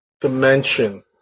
dimension